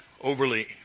overly